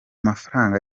mafaranga